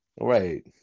Right